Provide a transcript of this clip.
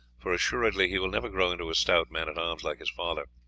for assuredly he will never grow into a stout man-at-arms like his father.